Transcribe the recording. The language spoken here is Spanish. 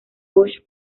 bush